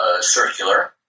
circular